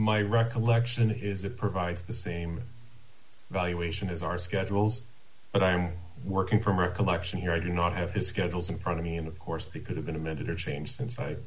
my recollection is it provides the same valuation is our schedules but i'm working from a collection here i do not have his schedules in front of me and of course he could have been amended or changed since i